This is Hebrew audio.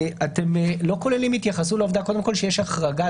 אתם לא כוללים התייחסות לעובדה קודם כל שיש החרגה,